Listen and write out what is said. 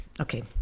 okay